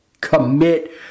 commit